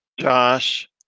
Josh